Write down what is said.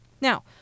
Now